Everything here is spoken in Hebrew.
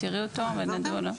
את תראי אותו ונדון עליו.